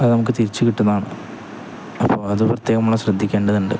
അതു നമുക്കു തിരിച്ചുകിട്ടുന്നതാണ് അപ്പോഴതു പ്രത്യേകം നമ്മള് ശ്രദ്ധിക്കേണ്ടതുണ്ട്